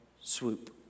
swoop